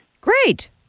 Great